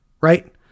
Right